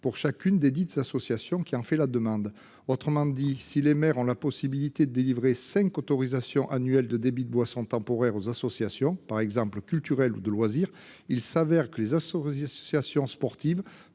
pour chacune desdites associations qui en fait la demande ». Autrement dit, si les maires ont la possibilité de délivrer cinq autorisations annuelles de débits de boissons temporaires aux associations, par exemple culturelles ou de loisirs, il se trouve que les associations sportives